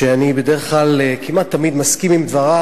שאני כמעט תמיד מסכים עם דבריו,